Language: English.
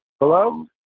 Hello